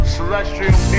Celestial